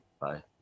bye